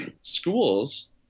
schools